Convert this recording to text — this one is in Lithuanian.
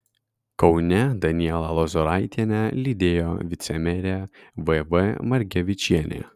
kaune danielą lozoraitienę lydėjo vicemerė v v margevičienė